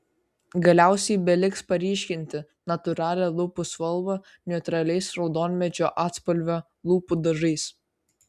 galiausiai beliks paryškinti natūralią lūpų spalvą neutraliais raudonmedžio atspalvio lūpų dažais